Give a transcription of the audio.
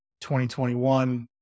2021